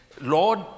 Lord